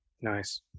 Nice